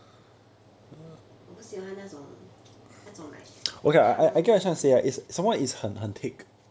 我不喜欢那种那种 like 汤